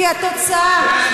כי התוצאה,